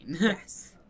Yes